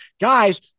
guys